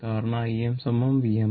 കാരണം Im VmR